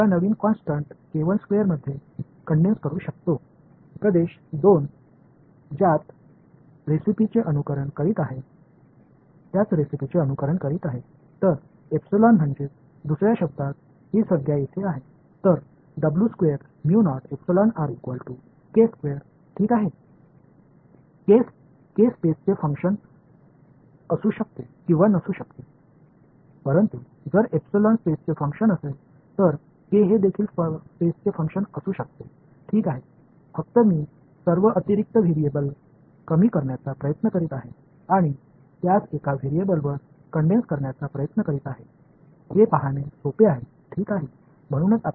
எனவே வேறுவிதமாகக் கூறினால் இந்தச் வெளிப்பாடு k என்பது ஸ்பேஸின் செயல்பாடாக இருக்கலாம் அல்லது இல்லாமலும் இருக்கலாம் ஆனால் எப்சிலன் என்பது ஸ்பேஸின் செயல்பாடாக இருந்தால் k என்பது ஸ்பேஸின் செயல்பாடாக இருக்கும் கூடுதல் மாறிகள் அனைத்தையும் குறைத்து அவற்றை ஒற்றை மாறிக்கு ஒடுக்க முயற்சிக்கிறேன் எனவே அதைக் காண்பது எளிது எனவே இவை நமக்கு கிடைத்த இரண்டு சமன்பாடுகளாகும்